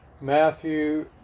Matthew